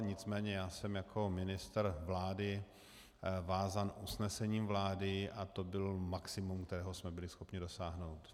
Nicméně já jsem jako ministr vlády vázán usnesením vlády a to bylo maximum, kterého jsme byli schopni dosáhnout.